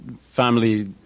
family